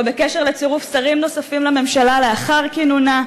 או בקשר לצירוף שרים נוספים לממשלה לאחר כינונה,